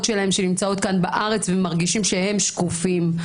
שלהם שנמצאות כאן בארץ ומרגישות שהן שקופות.